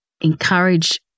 encourage